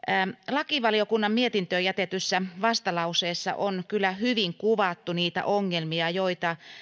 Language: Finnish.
lakivaliokunnan mietintöön jätetyssä vastalauseessa on kyllä hyvin kuvattu niitä ongelmia joita